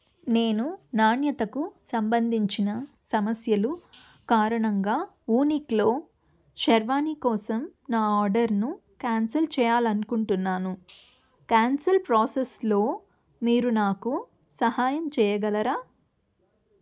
నేను నాణ్యతకు సంబంధించిన సమస్యలు కారణంగా వూనిక్లో షెర్వానీ కోసం నా ఆర్డర్ను క్యాన్సిల్ చేయాలి అనుకుంటున్నాను క్యాన్సిల్ ప్రోసెస్లో మీరు నాకు సహాయం చేయగలరా